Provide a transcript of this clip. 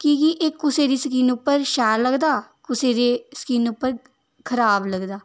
कि के एह् कुसै दी स्किन उप्पर शैल लगदा कुसै दी स्किन उप्पर खराब लगदा